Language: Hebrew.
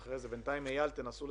הנושא.